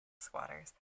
squatters